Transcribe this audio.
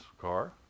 car